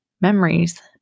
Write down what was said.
memories